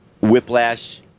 whiplash